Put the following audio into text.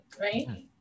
right